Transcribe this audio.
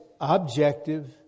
objective